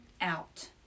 out